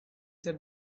said